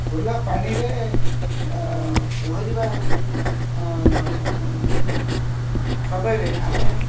ଖୋଲା ପାଣିରେ ପହଁରିବା ସମୟରେ ଆମେ